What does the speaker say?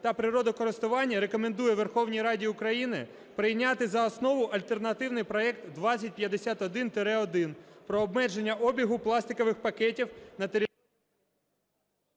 та природокористування рекомендує Верховній Раді України прийняти за основу альтернативний проект 2051-1 про обмеження обігу пластикових пакетів… ГОЛОВУЮЧИЙ.